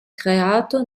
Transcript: creato